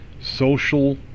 Social